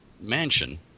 mansion